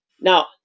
now